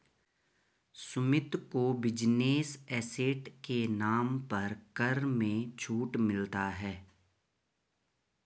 सुमित को business asset के नाम पर कर में छूट मिलता है